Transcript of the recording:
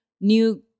new